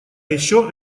ещё